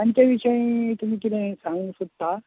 तांचे विशयी तुमी कितें सांगूंक सोदता